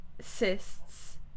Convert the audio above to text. cysts